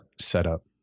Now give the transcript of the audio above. setup